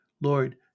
lord